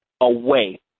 away